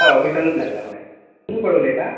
हय ऑफिसानूच लागला हय तुमी कोण उलयता